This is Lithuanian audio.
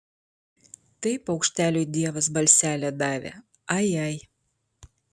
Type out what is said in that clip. tai paukšteliui dievas balselį davė ai ai